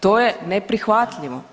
To je neprihvatljivo.